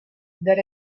that